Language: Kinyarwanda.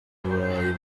burayi